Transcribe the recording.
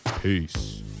Peace